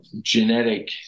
genetic